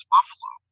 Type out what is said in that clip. Buffalo